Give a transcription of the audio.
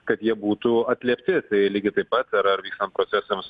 kad jie būtų atliepti tai lygiai taip pat ar ar vykstant procesams